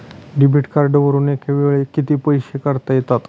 Debit कार्डवरुन एका वेळी किती पैसे काढता येतात?